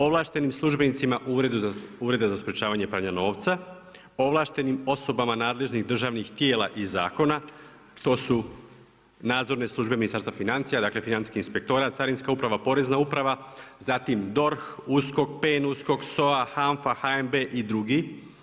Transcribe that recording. Ovlaštenim službenicima u uredima za sprječavanja pranja novca, ovlaštenim osobama nadležnih državnih tijela i zakona, to su nadzorne službe Ministarstva financija, dakle financijski inspektorat, carinska uprava, porezna uprava, zatim DORH, USKOK, PEN USKONK, SOA, HANFA, HNB i drugi.